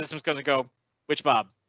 is gonna go which bob.